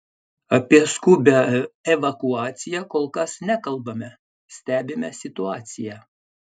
apie skubią evakuaciją kol kas nekalbame stebime situaciją